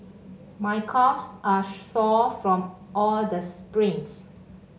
my calves are sore from all the sprints